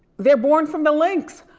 they're born from the lynx.